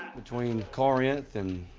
between corinth and,